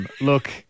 Look